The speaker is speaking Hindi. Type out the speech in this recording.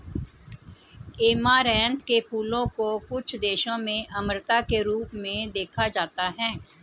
ऐमारैंथ के फूलों को कुछ देशों में अमरता के रूप में देखा जाता है